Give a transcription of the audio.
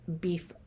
beef